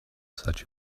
such